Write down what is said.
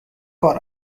کار